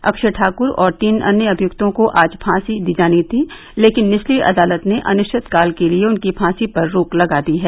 अक्षय ठाक्र और तीन अन्य अभियुक्तों को आज फांसी दी जानी थी लेकिन निचली अदालत ने अनिश्चितकाल के लिए उनकी फांसी पर रोक लगा दी है